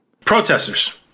protesters